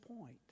point